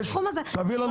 להגיד.